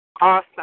Awesome